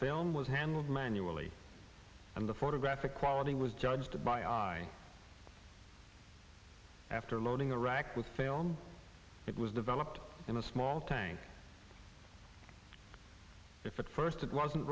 salem was handled manually and the photographic quality was judged by eye after loading a rack with film it was developed in a small tank if at first it wasn't